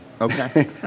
Okay